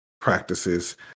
practices